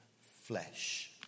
flesh